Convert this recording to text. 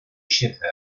shepherd